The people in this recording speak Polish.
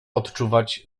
odczuwać